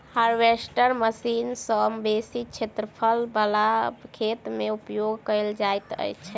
harvester machine सॅ बेसी क्षेत्रफल बला खेत मे उपयोग कयल जाइत छै